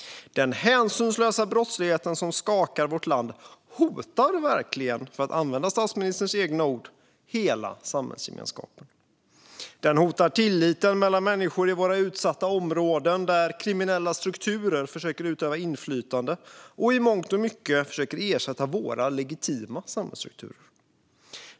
Den hänsynslösa brottsligheten som skakar vårt land hotar verkligen hela samhällsgemenskapen, för att använda statsministerns egna ord. Den hotar tilliten mellan människor i våra utsatta områden, där kriminella strukturer försöker utöva inflytande och i mångt och mycket försöker att ersätta våra legitima samhällsstrukturer.